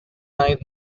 eyed